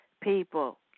People